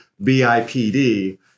BIPD